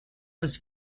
was